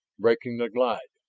breaking the glide,